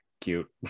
cute